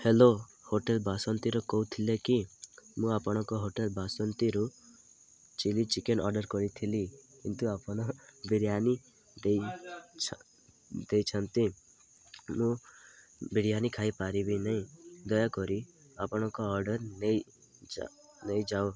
hello hotel ବାସନ୍ତୀରୁ କହୁଥିଲେ କି ମୁଁ ଆପଣଙ୍କ ହୋଟେଲ୍ ବାସନ୍ତୀରୁ ଚିଲି ଚିକେନ୍ ଅର୍ଡ଼ର୍ କରିଥିଲି କିନ୍ତୁ ଆପଣ ବିରିୟାନି ଦେଇ ଦେଇଛନ୍ତି ମୁଁ ବିରିୟାନି ଖାଇପାରିବିନି ଦୟାକରି ଆପଣଙ୍କ ଅର୍ଡ଼ର୍ ନେଇ ଯାଅ ନେଇଯାଅ